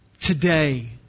today